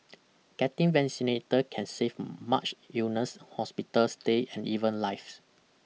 getting vaccinated can save much illness hospital stay and even lives